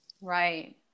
Right